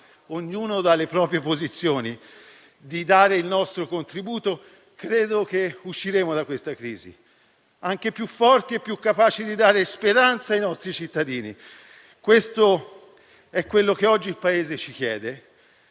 ognuno dalle proprie posizioni, di dare il nostro contributo, credo che usciremo da questa crisi, anche più forti e più capaci di dare speranza ai nostri cittadini. Questo è quello che oggi il Paese ci chiede: